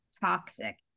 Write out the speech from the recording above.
toxic